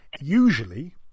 usually